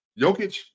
Jokic